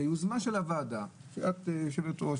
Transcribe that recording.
ביוזמה של הוועדה את היושבת-ראש,